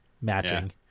matching